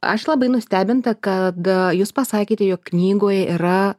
aš labai nustebinta kad a jūs pasakėte jog knygoj yra